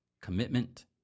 commitment